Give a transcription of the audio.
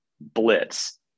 blitz